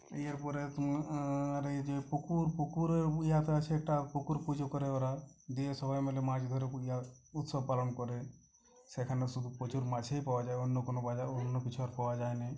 এরপরে তো আর এই যে পুকুর পুকুরের ইয়েতে আছে একটা পুকুর পুজো করে ওরা দিয়ে সবাই মিলে মাছ ধরে ওড়িয়া উৎসব পালন করে সেখানে শুধু প্রচুর মাছই পাওয়া যায় অন্য কোনো বাজার অন্য কিছু আর পাওয়া যায় নে